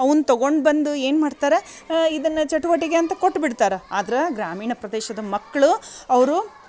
ಅವನ್ನ ತಗೊಂಡು ಬಂದು ಏನು ಮಾಡ್ತಾರೆ ಇದನ್ನು ಚಟುವಟಿಕೆ ಅಂತ ಕೊಟ್ಟುಬಿಡ್ತಾರೆ ಆದ್ರೆ ಗ್ರಾಮೀಣ ಪ್ರದೇಶದ ಮಕ್ಕಳು ಅವರು